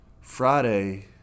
Friday